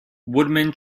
woodman